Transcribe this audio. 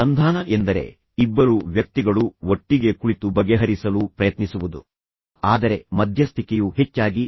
ಸಂಧಾನ ಎಂದರೆ ಇಬ್ಬರು ವ್ಯಕ್ತಿಗಳು ಒಟ್ಟಿಗೆ ಕುಳಿತು ಮಾತನಾಡುವ ಮತ್ತು ಚರ್ಚಿಸುವ ಮತ್ತು ಬುದ್ದಿಮತ್ತೆ ಮೂಲಕ ಅದನ್ನು ಬಗೆಹರಿಸಲು ಪ್ರಯತ್ನಿಸುವುದು